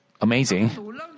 amazing